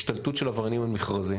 השתלטות של עבריינים על מכרזים,